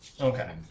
Okay